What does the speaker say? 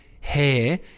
hair